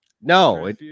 No